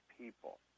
people